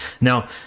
Now